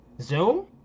Zoom